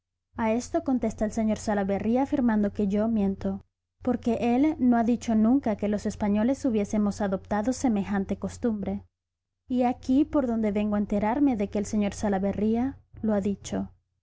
a esto contesta el sr salaverría afirmando que yo miento porque él no ha dicho nunca que los españoles hubiésemos adoptado semejante costumbre y he aquí por dónde vengo a enterarme de que el sr salaverría lo ha dicho